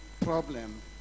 problem